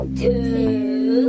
two